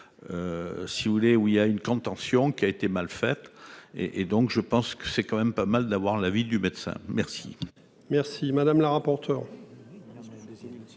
Si vous voulez où il y a une grande tension qui a été mal fait et et donc je pense que c'est quand même pas mal d'avoir l'avis du médecin, merci. Merci madame la rapporteure.